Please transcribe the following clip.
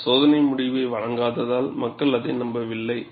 அவர் சோதனை முடிவை வழங்காததால் மக்கள் அதை நம்பவில்லை